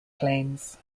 claims